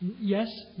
yes